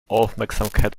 aufmerksamkeit